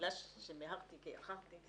ובגלל שמיהרתי כי איחרתי,